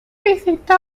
visitó